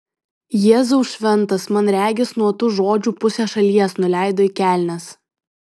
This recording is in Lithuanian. jėzau šventas man regis nuo tų žodžių pusė šalies nuleido į kelnes